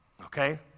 okay